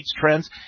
trends